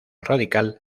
radical